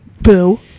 Boo